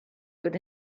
good